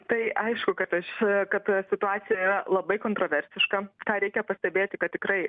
tai aišku kad aš kad ta situacija yra labai kontraversiška ką reikia pastebėti kad tikrai